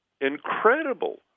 incredible